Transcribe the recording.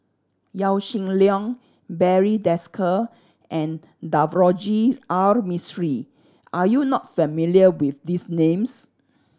Yaw Shin Leong Barry Desker and Navroji R Mistri are you not familiar with these names